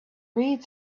read